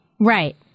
Right